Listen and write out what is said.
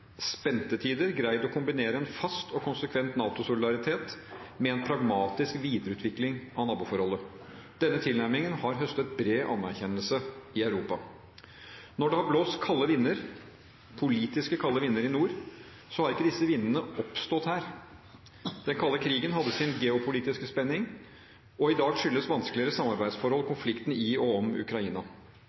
spente tider – greid å kombinere en fast og konsekvent NATO-solidaritet med en pragmatisk videreutvikling av naboforholdet. Denne tilnærmingen har høstet bred anerkjennelse i Europa. Når det har blåst kalde vinder, politisk kalde vinder, i nord, har ikke disse vindene oppstått her. Den kalde krigen hadde sin geopolitiske spenning, i dag skyldes vanskeligere samarbeidsforhold konflikten i og om Ukraina.